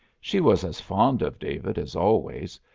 she was as fond of david as always,